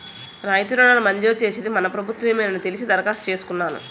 రాయితీ రుణాలు మంజూరు చేసేది మన ప్రభుత్వ మేనని తెలిసి దరఖాస్తు చేసుకున్నాను